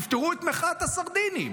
תפתרו את מחאת הסרדינים.